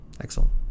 Excellent